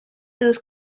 those